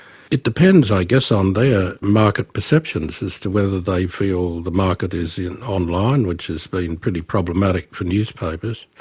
it depends i guess on their market perceptions as to whether they feel the market is and online, which has been pretty problematic for newspapers,